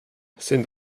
sind